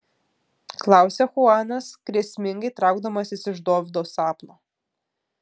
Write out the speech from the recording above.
klausia chuanas grėsmingai traukdamasis iš dovydo sapno